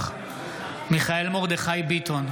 נוכח מיכאל מרדכי ביטון,